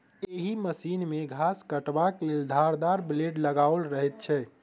एहि मशीन मे घास काटबाक लेल धारदार ब्लेड लगाओल रहैत छै